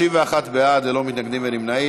31 בעד, אין מתנגדים ואין נמנעים.